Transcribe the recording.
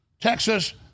Texas